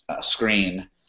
screen